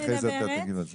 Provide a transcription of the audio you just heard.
ואחרי זה תגיב על זה.